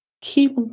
keep